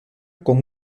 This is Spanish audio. con